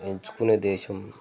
ఎంచుకునే దేశం